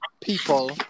people